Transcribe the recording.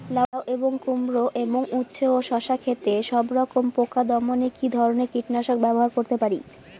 লাউ এবং কুমড়ো এবং উচ্ছে ও শসা ক্ষেতে সবরকম পোকা দমনে কী ধরনের কীটনাশক ব্যবহার করতে পারি?